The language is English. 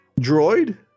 Droid